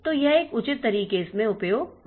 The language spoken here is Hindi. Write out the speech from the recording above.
तो यह एक उचित तरीके में उपयोग हो जाता है